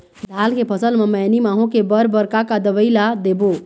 धान के फसल म मैनी माहो के बर बर का का दवई ला देबो?